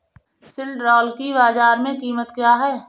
सिल्ड्राल की बाजार में कीमत क्या है?